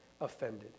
offended